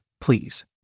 Please